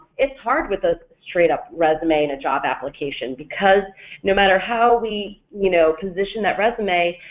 it's hard with a straight-up resume and a job application because no matter how we you know position that resume,